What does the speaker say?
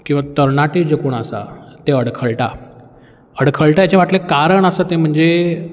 किंवां तरणाटे जे कोण आसात ते अडखळटा अडखळटा हेजें फाटलें कारण आसा तें म्हणजे